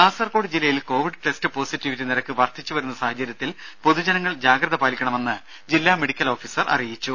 രും കാസർകോട് ജില്ലയിൽ covid test positivity നിരക്ക് വർധിച്ച് വരുന്ന സാഹചര്യത്തിൽ പൊതുജനങ്ങൾ ജാഗ്രത പാലിക്കണമെന്ന് ജില്ലാ മെഡിക്കൽ ഓഫീസർ അറിയിച്ചു